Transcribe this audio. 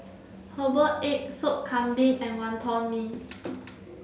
herbal egg soup Kambing and Wonton Mee